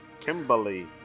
Kimberly